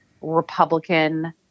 Republican